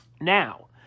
Now